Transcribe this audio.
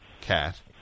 cat